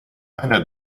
einer